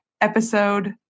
episode